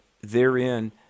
therein